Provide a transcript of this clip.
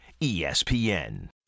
ESPN